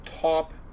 top